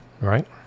Right